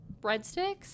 breadsticks